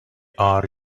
are